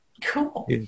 Cool